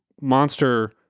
monster